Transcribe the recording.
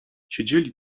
siedzieli